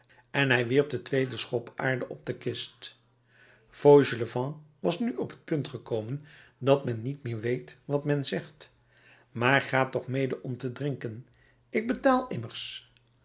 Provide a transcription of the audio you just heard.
en hij wierp den tweeden schop aarde op de kist fauchelevent was nu op het punt gekomen dat men niet meer weet wat men zegt maar ga toch mede om te drinken ik betaal immers